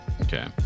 Okay